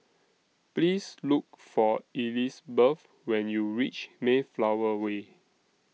Please Look For Elizabeth when YOU REACH Mayflower Way